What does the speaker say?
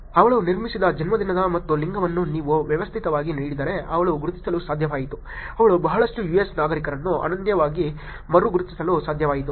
ಅವಳು ನಿರ್ಮಿಸಿದ ಜನ್ಮದಿನ ಮತ್ತು ಲಿಂಗವನ್ನು ನೀವು ವ್ಯವಸ್ಥೆಗೆ ನೀಡಿದರೆ ಅವಳು ಗುರುತಿಸಲು ಸಾಧ್ಯವಾಯಿತು ಅವಳು ಬಹಳಷ್ಟು US ನಾಗರಿಕರನ್ನು ಅನನ್ಯವಾಗಿ ಮರು ಗುರುತಿಸಲು ಸಾಧ್ಯವಾಯಿತು